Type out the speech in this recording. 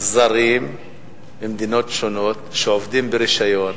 זרים ממדינות שונות שעובדים ברשיון,